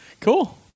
Cool